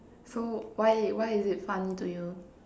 so why why is it funny to you